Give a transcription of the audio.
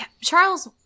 Charles